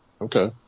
okay